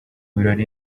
birori